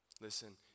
Listen